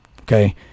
okay